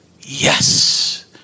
yes